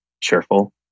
cheerful